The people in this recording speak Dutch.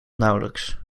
nauwelijks